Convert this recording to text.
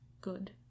good